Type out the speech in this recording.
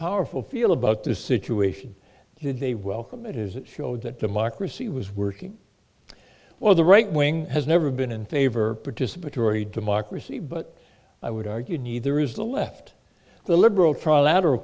powerful feel about the situation did they welcome it is it showed that democracy was working well the right wing has never been in favor participatory democracy but i would argue neither is the left the liberal trilateral